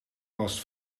was